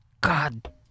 god